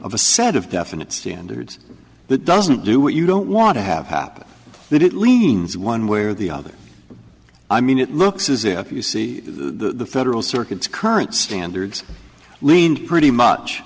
of a set of definite standards that doesn't do what you don't want to have happen that it leans one way or the other i mean it looks as if you see the federal circuits current standards leaned pretty much